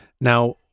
now